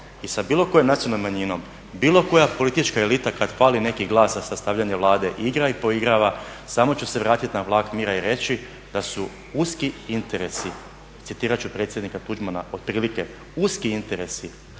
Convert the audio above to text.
i sa bilo kojom nacionalnom manjinom bilo koja politička elita kad fali neki glas za sastavljanje Vlade igra i poigrava samo ću se vratiti na vlak mira i reći da su uski interesi, citirat ću predsjednika Tuđmana, otprilike uski interesi,